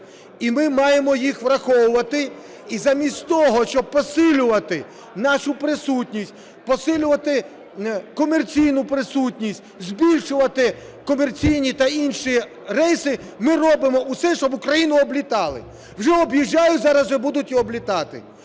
І ми маємо їх враховувати, і замість того, щоб посилювати нашу присутність, посилювати комерційну присутність, збільшувати комерційні та інші рейси, ми робимо усе, щоб Україну облітали. Вже об'їжджають, зараз вже будуть і облітати.